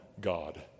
God